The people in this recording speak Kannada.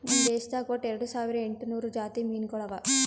ನಮ್ ದೇಶದಾಗ್ ಒಟ್ಟ ಎರಡು ಸಾವಿರ ಎಂಟು ನೂರು ಜಾತಿ ಮೀನುಗೊಳ್ ಅವಾ